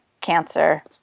cancer